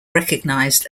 recognized